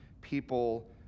people